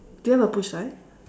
do you have a push sign